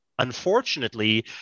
Unfortunately